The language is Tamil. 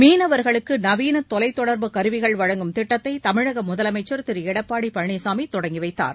மீளவர்களுக்கு நவீன தொலைதொடர்பு கருவிகள் வழங்கும் திட்டத்தை தமிழக முதலமைச்சர் திரு எடப்பாடி பழனிசாமி தொடங்கி வைத்தார்